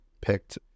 picked